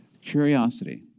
Curiosity